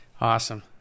Awesome